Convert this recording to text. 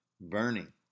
burning